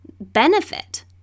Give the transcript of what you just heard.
benefit